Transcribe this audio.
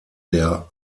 der